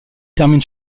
termine